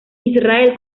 israel